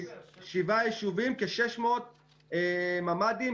שבעה יישובים, כ-600 ממ"דים.